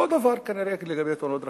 אותו דבר כנראה גם לגבי תאונות דרכים.